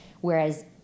whereas